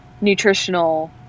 nutritional